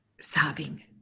sobbing